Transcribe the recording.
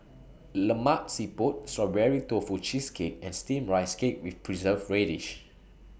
Lemak Siput Strawberry Tofu Cheesecake and Steamed Rice Cake with Preserved Radish